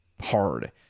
hard